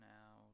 now